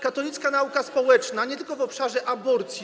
Katolicka nauka społeczna, nie tylko w obszarze aborcji.